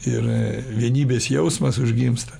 ir vienybės jausmas užgimsta